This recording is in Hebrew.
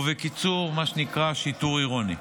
בקיצור, מה שנקרא "שיטור עירוני".